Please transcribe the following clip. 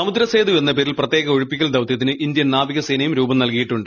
സമുദ്ര സേതു എന്ന പേരിൽ പ്രത്യേക ഒഴിപ്പിക്കൽ ദൌത്യത്തിന് ഇന്ത്യൻ നാവികസേനയും രൂപം നൽകിയിട്ടുണ്ട്